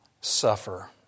suffer